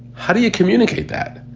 how do you communicate that?